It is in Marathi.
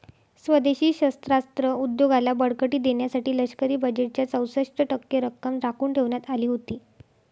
स्वदेशी शस्त्रास्त्र उद्योगाला बळकटी देण्यासाठी लष्करी बजेटच्या चौसष्ट टक्के रक्कम राखून ठेवण्यात आली होती